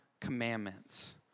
commandments